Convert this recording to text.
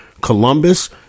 columbus